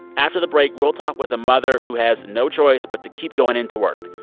after the break, we'll talk with a mother who has no choice but to keep going into work.